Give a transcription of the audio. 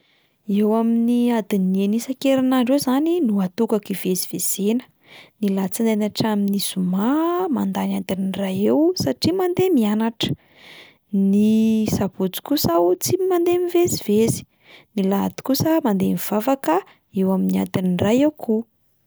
Eo amin'ny adiny enina isan-kerinandro eo izany no atokako ivezivezena, ny alatsinainy hatramin'ny zoma mandany adiny iray eo satria mandeha mianatra, ny sabotsy kosa aho tsy mandeha mivezivezy, ny lahady kosa mandeha mivavaka eo amin'ny adiny iray eo koa.